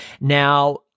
Now